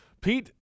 Pete